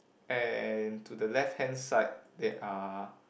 and to the left hand side there are